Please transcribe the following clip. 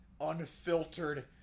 unfiltered